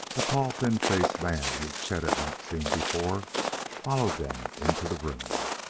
a tall, thin-faced man whom chet had not seen before followed them into the room.